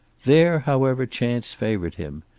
there, however, chance favored him.